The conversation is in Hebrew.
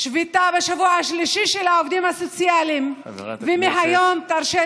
שבוע שלישי של שביתה של העובדים הסוציאליים,